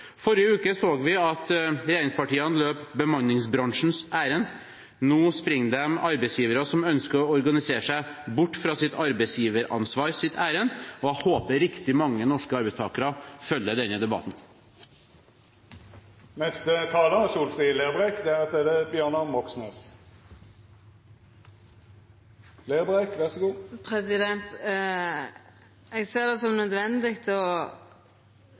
Forrige uke så vi at regjeringspartiene løp bemanningsbransjens ærend. Nå løper de arbeidsgiverne som ønsker å organisere seg bort fra sitt arbeidsgiveransvar, sitt ærend, og jeg håper riktig mange norske arbeidstakere følger denne debatten. Eg ser det som nødvendig å ta ordet for å kontra noko av det som representanten Tonning Riise snakka om, for det